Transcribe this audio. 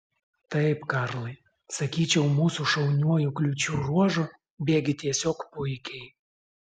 taip karlai sakyčiau mūsų šauniuoju kliūčių ruožu bėgi tiesiog puikiai